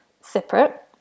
separate